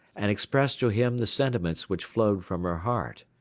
and express to him the sentiments which flowed from her heart.